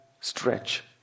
stretch